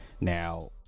now